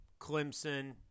Clemson